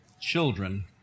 children